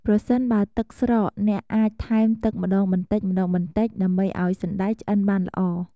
ប្រសិនបើទឹកស្រក អ្នកអាចថែមទឹកម្ដងបន្តិចៗ ដើម្បីឱ្យសណ្ដែកឆ្អិនបានល្អ។